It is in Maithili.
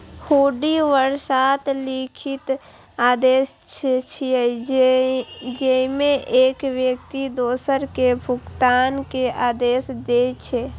हुंडी बेशर्त लिखित आदेश छियै, जेइमे एक व्यक्ति दोसर कें भुगतान के आदेश दै छै